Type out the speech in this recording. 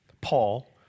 Paul